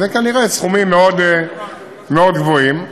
ואלה כנראה סכומים מאוד מאוד גבוהים.